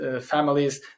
families